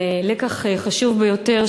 אבל לקח חשוב ביותר,